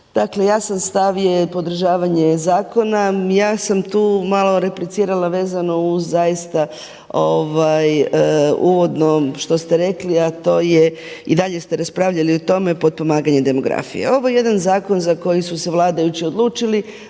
Dakle jasan stav je podržavanje zakona, ja sam tu malo replicirala vezano uz zaista uvodno što ste rekli, a to je i dalje ste raspravljali o tome potpomaganje demografije. Ovo je jedan zakon za koji su se vladajući odlučili,